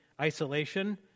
isolation